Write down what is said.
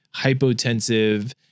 hypotensive